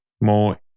more